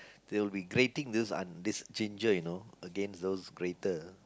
they'll be grating this an~ this ginger you know against those grater